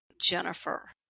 Jennifer